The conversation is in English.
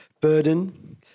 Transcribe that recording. burden